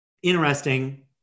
interesting